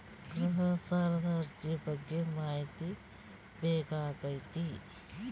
ಗೃಹ ಸಾಲದ ಅರ್ಜಿ ಬಗ್ಗೆ ಮಾಹಿತಿ ಬೇಕಾಗೈತಿ?